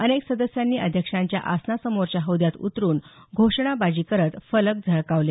अनेक सदस्यांनी अध्यक्षांच्या आसनासमोरच्या हौद्यात उतरून घोषणाबाजी करत फलक झळकावले